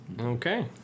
Okay